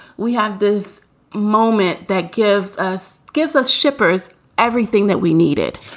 we have this moment that gives us gives us shippers everything that we needed